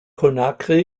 conakry